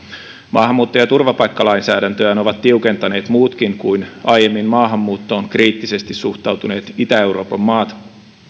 maahanmuutto ja turvapaikkalainsäädäntöään ovat tiukentaneet muutkin kuin aiemmin maahanmuuttoon kriittisesti suhtautuneet itä euroopan maat